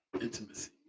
Intimacy